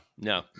no